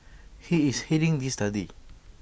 he is heading this study